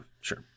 sure